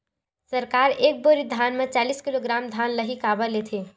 सरकार एक बोरी धान म चालीस किलोग्राम धान ल ही काबर लेथे?